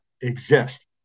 exist